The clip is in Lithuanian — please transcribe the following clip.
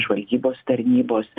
žvalgybos tarnybos